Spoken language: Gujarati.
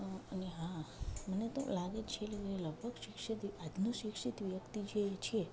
અને હા મને તો લાગે છે લગભગ શિક્ષિત આજનું શિક્ષિત વ્યક્તિ જે છે